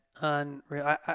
Unreal